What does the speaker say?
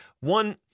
One